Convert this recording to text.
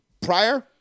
prior